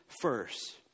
first